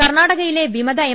കർണാടകയിലെ വിമത എം